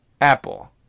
Apple